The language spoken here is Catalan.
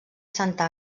santa